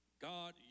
God